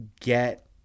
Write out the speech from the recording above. get